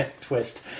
twist